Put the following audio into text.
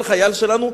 כל חייל שלנו,